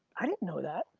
i didn't know that.